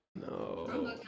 No